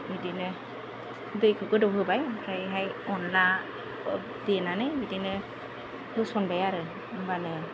बिदिनो दैखौ गोदौहोबाय ओमफ्रायहाय अनला देनानै बिदिनो होसनबाय आरो होनब्लानो